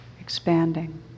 expanding